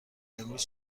امروز